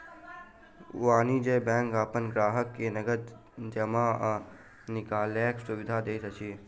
वाणिज्य बैंक अपन ग्राहक के नगद जमा आ निकालैक सुविधा दैत अछि